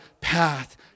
path